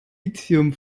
lithium